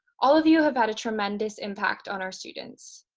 all of you have had a tremendous impact on our students.